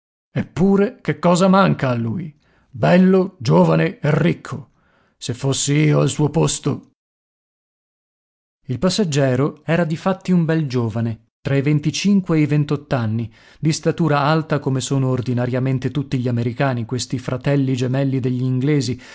eppure che cosa manca a lui bello giovane e ricco se fossi io al suo posto il passeggero era difatti un bel giovane tra i venticinque e i ventott'anni di statura alta come sono ordinariamente tutti gli americani questi fratelli gemelli degli inglesi